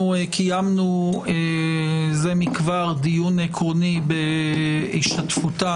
קיימנו זה מכבר דיון עקרוני בהשתתפותה